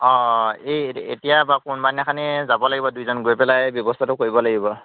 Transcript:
অঁ অঁ এই এতিয়া কোনোবা দিনাখনি যাব লাগিব দুয়োজন গৈ পেলাই ব্যৱস্থাটো কৰিব লাগিব